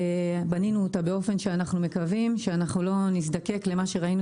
בנינו אותה באופן שאנחנו מקווים שלא נזדקק למה שראינו